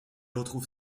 retrouve